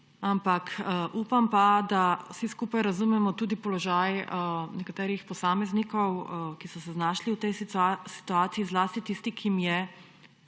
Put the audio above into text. Ampak upam, da vsi skupaj razumemo tudi položaj nekaterih posameznikov, ki so se znašli v tej situaciji. Zlasti tistih, ki jim